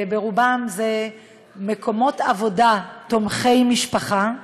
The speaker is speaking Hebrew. וברובם זה מקומות עבודה תומכי משפחה,